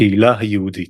הקהילה היהודית